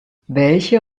welche